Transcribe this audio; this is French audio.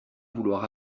vouloir